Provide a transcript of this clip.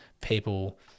people